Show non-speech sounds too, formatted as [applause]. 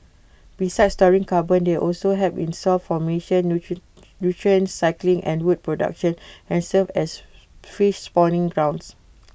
besides storing carbon they also help in soil formation [unintelligible] nutrient cycling and wood production and serve as fish spawning grounds